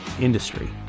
industry